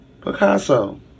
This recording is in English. Picasso